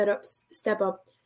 step-up